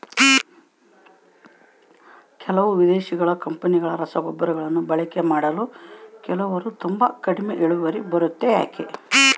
ಕೆಲವು ವಿದೇಶಿ ಕಂಪನಿಗಳ ರಸಗೊಬ್ಬರಗಳನ್ನು ಬಳಕೆ ಮಾಡಿ ಕೆಲವರು ತುಂಬಾ ಕಡಿಮೆ ಇಳುವರಿ ಬರುತ್ತೆ ಯಾಕೆ?